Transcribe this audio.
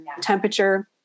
temperature